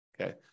Okay